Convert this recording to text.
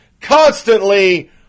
constantly